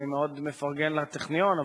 אני מאוד מפרגן לטכניון,